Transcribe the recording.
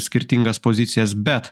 skirtingas pozicijas bet